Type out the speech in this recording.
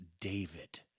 David